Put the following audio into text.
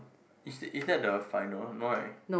is that is that the final no right